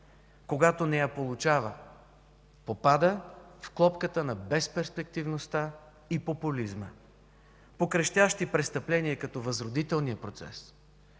Когато не я получава, попада в клопката на безперспективността и популизма. По крещящи престъпления като възродителния процес,